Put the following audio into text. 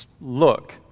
look